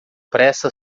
pressa